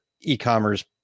e-commerce